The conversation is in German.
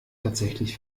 tatsächlich